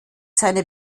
seine